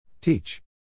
Teach